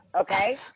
okay